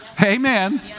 Amen